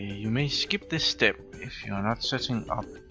you may skip this step if you are not setting up.